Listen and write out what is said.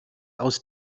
aus